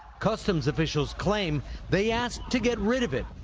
customs officials claim they asked to get rid of it,